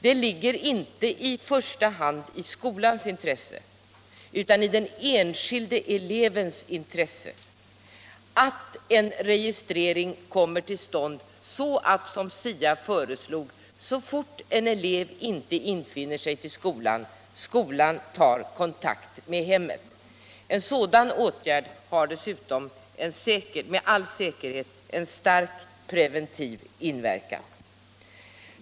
Det ligger inte i första hand i skolans intresse utan i den enskilde elevens intresse att en registrering kommer till stånd så att, som SIA föreslog, skolan så fort en elev inte infinner sig tar kontakt med hemmet. En sådan åtgärd har dessutom med all säkerhet en stark preventiv inverkan.